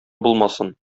булмасын